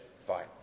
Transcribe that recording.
fine